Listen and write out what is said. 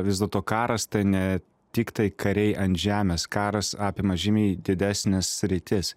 vis dėlto karas tai ne tiktai kariai ant žemės karas apima žymiai didesnes sritis